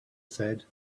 said